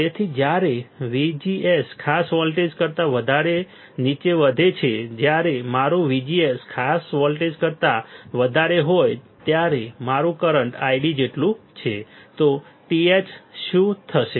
તેથી જ્યારે VGS ખાસ વોલ્ટેજ કરતા વધારે નીચે વધે છે જ્યારે મારું VGS ખાસ વોલ્ટેજ કરતા વધારે હોય ત્યારે મારું કરંટ ID જેટલું છે તો TH શું થશે